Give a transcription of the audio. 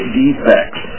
defects